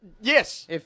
yes